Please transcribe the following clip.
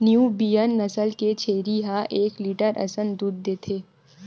Nubian नसल के छेरी ह एक लीटर असन दूद देथे